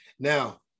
Now